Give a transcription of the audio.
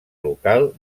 local